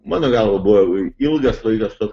mano galva buvo ilgas laikas toks